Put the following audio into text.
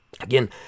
Again